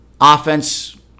Offense